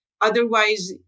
Otherwise